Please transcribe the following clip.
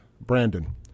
Brandon